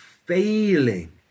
Failing